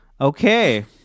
Okay